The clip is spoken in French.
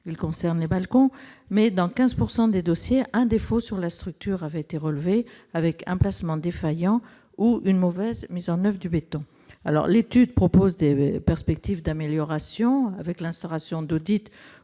concernent les balcons. Néanmoins, dans 15 % des dossiers, un défaut sur la structure des balcons a été relevé, avec un placement défaillant ou une mauvaise mise en oeuvre du béton. L'étude propose des perspectives d'amélioration, avec l'instauration d'audits